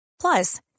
Plus